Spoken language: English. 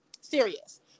serious